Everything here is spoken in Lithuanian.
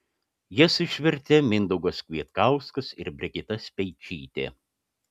jas išvertė mindaugas kvietkauskas ir brigita speičytė